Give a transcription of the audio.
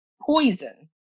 poison